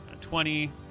twenty